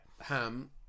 Ham